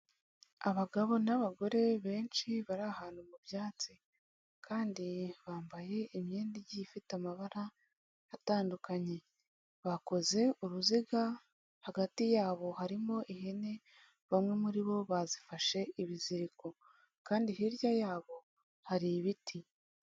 Abagabo n'abagore benshi bari ahantu mu byatsi kandi bambaye imyenda igiye ifite amabara atandukanye, bakoze uruziga hagati yabo harimo ihene, bamwe muri bo bazifashe ibiziriko kandi hirya yabo hari ibiti.